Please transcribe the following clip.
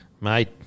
Mate